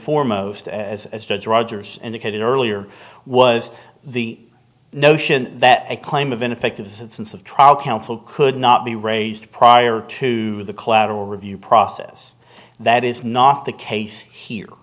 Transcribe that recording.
foremost as as judge rogers indicated earlier was the notion that a claim of ineffective since of trial counsel could not be raised prior to the collateral review process that is not the case here